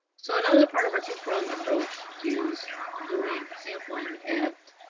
so another part of our two-pronged approach is doing sampling at